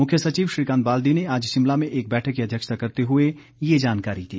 मुख्यसचिव श्रीकांत बाल्दी ने आज शिमला में एक बैठक की अध्यक्षता करते हुए ये जानकारी दी